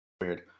Weird